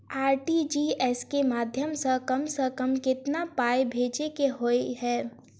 RTGS केँ माध्यम सँ कम सऽ कम केतना पाय भेजे केँ होइ हय?